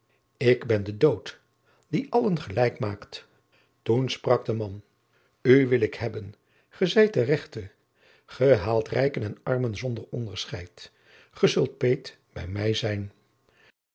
ik ben de dood die allen gelijk maakt toen sprak de man u wil ik hebben ge zijt de rechte ge haalt rijken en armen zonder onderscheid ge zult peet bij mij zijn